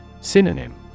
Synonym